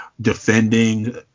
defending